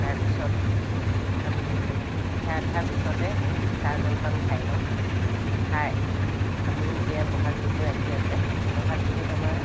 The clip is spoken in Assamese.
তাৰপিছত আমি সেৱা ধৰাৰ পিছতে চাহ জলপান খাই লওঁ খাই আমি এতিয়া বহাগ বিহু আহি আছে বহাগ বিহুত আমাৰ